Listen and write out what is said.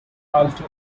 alto